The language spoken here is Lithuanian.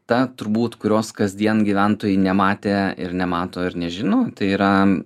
ta turbūt kurios kasdien gyventojai nematė ir nemato ir nežino tai yra